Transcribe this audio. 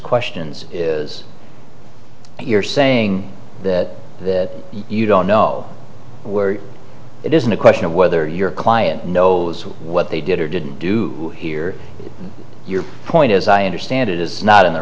questions is what you're saying that that you don't know where it isn't a question of whether your client knows what they did or didn't do hear your point as i understand it is not in the